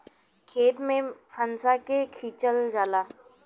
खेत में फंसा के खिंचल जाला